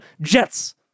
Jets